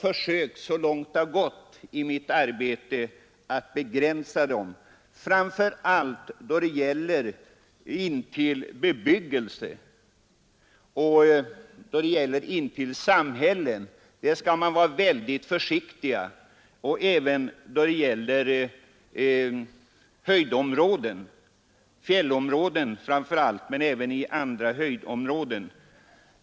I mitt arbete har jag så långt det har gått försökt att begränsa dem, framför allt då kalhyggen intill bebyggelse — också i närheten av samhällen skall man vara mycket försiktig. Detsamma gäller i fråga om framför allt fjällområden men även i fråga om andra höjdområden.